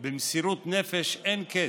במסירות נפש אין קץ,